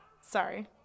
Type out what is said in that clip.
sorry